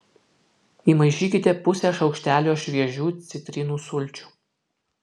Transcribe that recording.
įmaišykite pusę šaukštelio šviežių citrinų sulčių